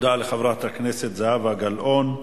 תודה רבה לחברת הכנסת זהבה גלאון,